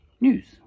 news